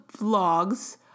vlogs